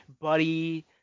Buddy